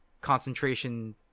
concentration